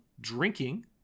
drinking